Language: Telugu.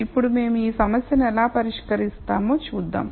ఇప్పుడు మేము ఈ సమస్యను ఎలా పరిష్కరిస్తామో చూద్దాం